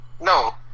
no